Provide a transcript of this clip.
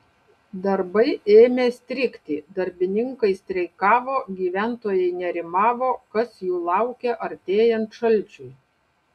darbai ėmė strigti darbininkai streikavo gyventojai nerimavo kas jų laukia artėjant šalčiui